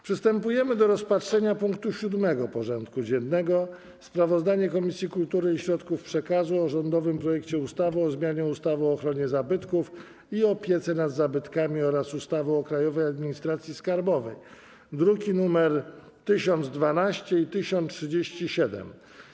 Przystępujemy do rozpatrzenia punktu 7. porządku dziennego: Sprawozdanie Komisji Kultury i Środków Przekazu o rządowym projekcie ustawy o zmianie ustawy o ochronie zabytków i opiece nad zabytkami oraz ustawy o Krajowej Administracji Skarbowej (druki nr 1012 i 1037)